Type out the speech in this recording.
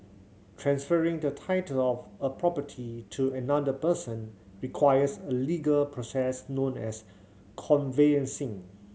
transferring the title of a property to another person requires a legal process known as conveyancing